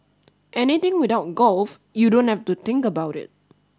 anything without golf you don't have to think about it